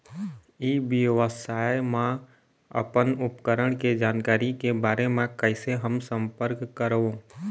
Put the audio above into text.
ई व्यवसाय मा अपन उपकरण के जानकारी के बारे मा कैसे हम संपर्क करवो?